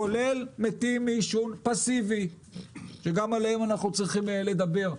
כולל מתים מעישון פאסיבי שגם עליהם צריך לדבר.